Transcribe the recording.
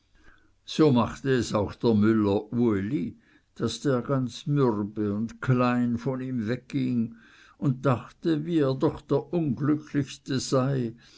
so machte es auch der müller uli daß der ganz mürbe und klein von ihm wegging und dachte wie er doch der unglücklichste sei